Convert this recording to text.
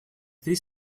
this